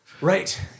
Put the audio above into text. Right